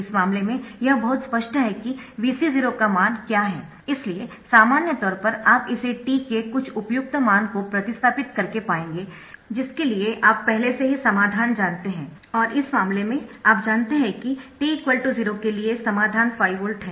इस मामले में यह बहुत स्पष्ट है कि Vc0 का मान क्या है इसलिए सामान्य तौर पर आप इसे t के कुछ उपयुक्त मान को प्रतिस्थापित करके पाएंगे जिसके लिए आप पहले से ही समाधान जानते हैं और इस मामले में आप जानते है कि t 0 के लिए समाधान 5 वोल्ट है